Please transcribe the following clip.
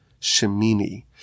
Shemini